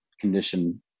condition